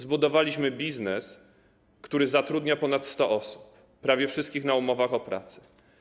Zbudowaliśmy biznes, który zatrudnia ponad 100 osób, prawie wszystkie na umowach o pracę.